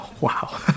Wow